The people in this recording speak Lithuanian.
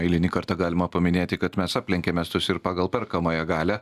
eilinį kartą galima paminėti kad mes aplenkėm estus ir pagal perkamąją galią